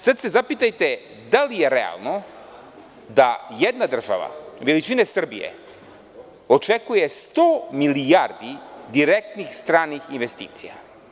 Sad se zapitajte da li je realno da jedna država veličine Srbije očekuje 100 milijardi direktnih stranih investicija.